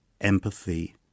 empathy